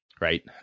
right